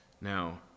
Now